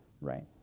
right